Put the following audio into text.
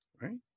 right